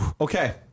Okay